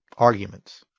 arguments.